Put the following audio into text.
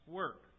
work